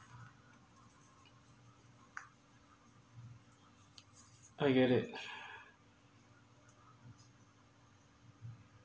I get it